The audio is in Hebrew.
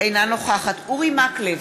אינה נוכחת אורי מקלב,